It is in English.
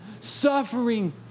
suffering